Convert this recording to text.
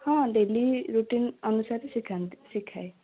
ହଁ daily routine ଅନୁସାରରେ ଶିଖାନ୍ତି ଶିଖାଏ